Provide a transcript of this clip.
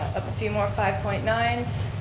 few more five point nine